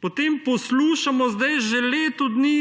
Potem poslušamo zdaj že leto dni,